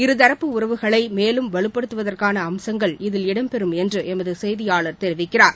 இருதரப்பு உறவுகளை மேலும் வலுப்படுத்துவதற்கான அம்சங்கள் இதில் இடம் பெறும் என்று எமது செய்தியாளர் தெரிவிக்கிறார்